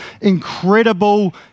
incredible